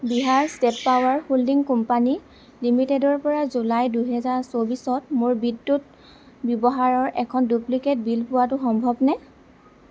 Bihar state power holding company লিমিটেডৰ পৰা জুলাই দুহেজাৰ চৌব্বিছত মোৰ বিদ্যুৎ ব্যৱহাৰৰ এখন ডুপ্লিকেট বিল পোৱাটো সম্ভৱনে